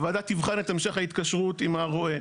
הוועדה תבחן את המשך ההתקשרות עם הרועה.